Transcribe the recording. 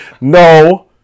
no